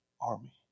army